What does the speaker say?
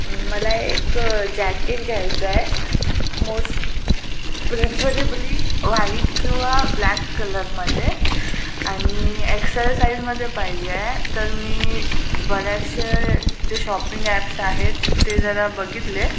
मला एक जॅकेट घ्यायचा आहे मोस्ट प्रेफरेबली व्हाईट किंवा ब्लॅक कलरमध्ये आणि एक्स एल साईजमध्ये पाहिजे आहे तर मी बरेचसे जे शॉपिंग ॲप्स आहेत ते जरा बघितले